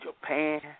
Japan